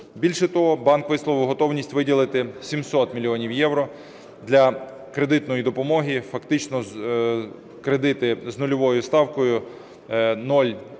Більше того, банк висловив готовність виділити 700 мільйонів євро для кредитної допомоги, фактично кредити з нульовою ставкою,